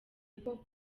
koko